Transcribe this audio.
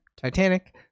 Titanic